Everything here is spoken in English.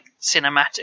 cinematic